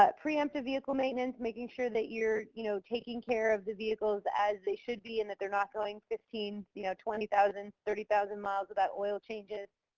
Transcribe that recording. but preemptive vehicle maintenance. making sure that you're, you know, taking care of the vehicles as they should be and that they're not going fifteen, you know, twenty thousand, thirty thousand miles without oil changes.